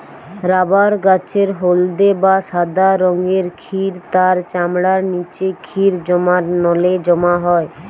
rubber গাছের হলদে বা সাদা রঙের ক্ষীর তার চামড়ার নিচে ক্ষীর জমার নলে জমা হয়